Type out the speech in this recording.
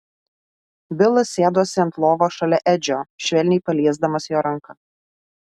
bilas sėdosi ant lovos šalia edžio švelniai paliesdamas jo ranką